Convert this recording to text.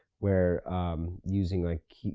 where using like,